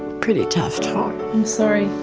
pretty tough time. i'm sorry.